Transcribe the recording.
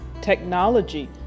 technology